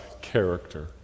character